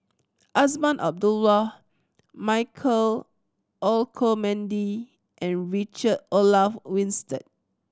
Azman Abdullah Michael Olcomendy and Richard Olaf Winstedt